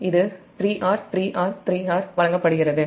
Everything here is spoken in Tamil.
எனவே இது 3R 3R 3R வழங்கப்படுகிறது